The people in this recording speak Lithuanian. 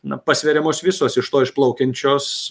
na pasveriamos visos iš to išplaukiančios